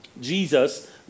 Jesus